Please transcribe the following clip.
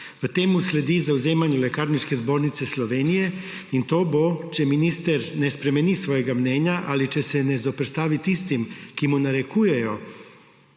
V temu sledi zavzemanju Lekarniške zbornice Slovenije in to bo, če minister ne spremeni svojega mnenja ali če se ne zoperstavi tistim, ki mu narekujejo